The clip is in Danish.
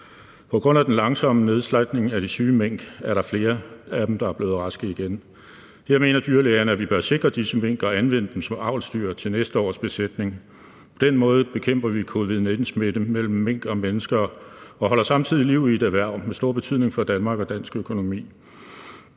På grund af den langsomme nedslagtning af de syge mink er der flere af dem, der er blevet raske igen. Her mener dyrlægerne, at vi bør sikre disse mink og anvende dem som avlsdyr til næste års besætning. På den måde bekæmper vi covid-19-smitte mellem mink og mennesker og holder samtidig liv i et erhverv med stor betydning for Danmark og dansk økonomi.